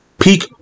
peak